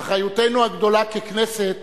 ואחריותנו הגדולה ככנסת